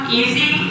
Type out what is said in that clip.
easy